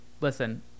listen